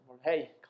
Hey